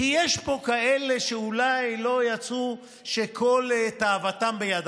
כי יש פה כאלה שאולי לא יצאו כשכל תאוותם בידם.